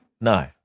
No